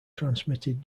transmitted